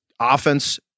offense